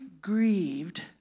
grieved